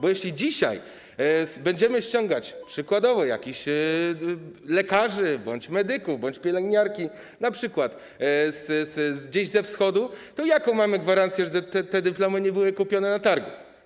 Bo jeśli dzisiaj będziemy ściągać, przykładowo, jakichś lekarzy bądź medyków, bądź pielęgniarki chociażby ze Wschodu, to jaką mamy gwarancję, że te dyplomy nie były kupione na targu?